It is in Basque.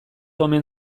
omen